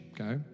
okay